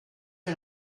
que